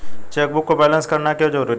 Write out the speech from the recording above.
Chequebook को balance करना क्यों जरूरी है?